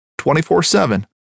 24-7